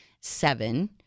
Seven